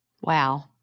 Wow